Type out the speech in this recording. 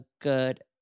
good